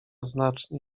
znacznie